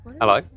hello